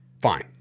Fine